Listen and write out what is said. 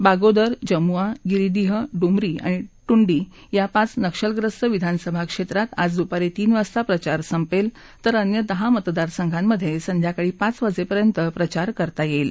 बागोदर जमुआ गिरीदीह डुमरी आणि ट्रुंडी या पाच नक्षलग्रस्त विधानसभा क्षेत्रात आज दूपारी तीन वाजता प्रचार संपेल तर अन्य दहा मतदारसंघांमधे संध्याकाळी पाच वाजेपर्यंत प्रचार करता येईल